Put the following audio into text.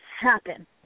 happen